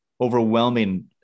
overwhelming